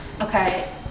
okay